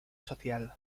social